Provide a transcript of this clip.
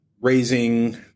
raising